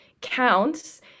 counts